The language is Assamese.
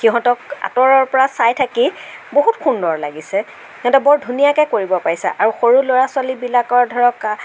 সিহঁতক আঁতৰৰ পৰা চাই থাকি বহুত সুন্দৰ লাগিছে সিহঁতে বৰ ধুনীয়াকে কৰিব পাৰিছে আৰু সৰু ল'ৰা ছোৱালী বিলাকৰ ধৰক